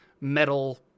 metal